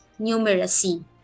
numeracy